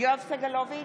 יואב סגלוביץ'